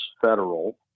federal